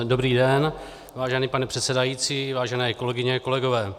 Dobrý den, vážený pane předsedající, vážené kolegyně, kolegové.